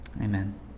Amen